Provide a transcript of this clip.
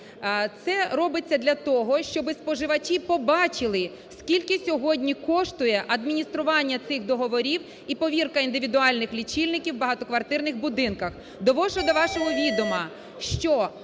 Це робиться для того, щоб споживачі побачили, скільки сьогодні коштує адміністрування цих договорів і повірка індивідуальних лічильників в багатоквартирних будинках.